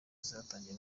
zatangiye